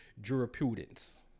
jurisprudence